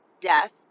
death